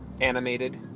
animated